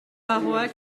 paroi